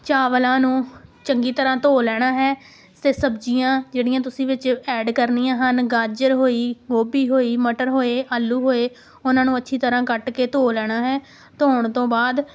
ਚਾਵਲਾਂ ਨੂੰ ਚੰਗੀ ਤਰ੍ਹਾਂ ਧੋ ਲੈਣਾ ਹੈ ਅਤੇ ਸਬਜ਼ੀਆਂ ਜਿਹੜੀਆਂ ਤੁਸੀਂ ਵਿੱਚ ਐਡ ਕਰਨੀਆਂ ਹਨ ਗਾਜਰ ਹੋਈ ਗੋਭੀ ਹੋਈ ਮਟਰ ਹੋਏ ਆਲੂ ਹੋਏ ਉਹਨਾਂ ਨੂੰ ਅੱਛੀ ਤਰ੍ਹਾਂ ਕੱਟ ਕੇ ਧੋ ਲੈਣਾ ਹੈ ਧੋਣ ਤੋਂ ਬਾਅਦ